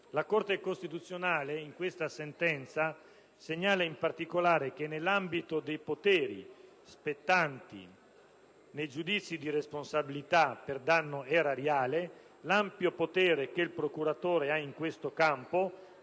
La Corte costituzionale in questa sentenza segnala in particolare che, nell'ambito dei poteri spettanti nei giudizi di responsabilità per danno erariale, l'ampio potere che il procuratore ha in questo campo